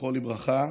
זכרו לברכה,